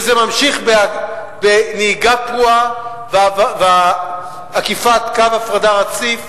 וזה ממשיך בנהיגה פרועה ועקיפה על קו הפרדה רציף